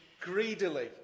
greedily